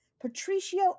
patricio